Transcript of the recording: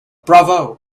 bravo